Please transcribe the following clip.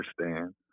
understand